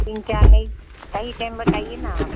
तीन चार नहीं सही टाइम बताइए ना आप